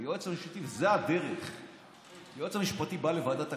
היועץ המשפטי בא לוועדת הכנסת.